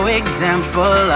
example